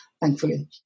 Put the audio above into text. thankfully